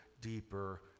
deeper